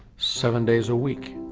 seven days a week.